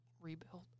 rebuild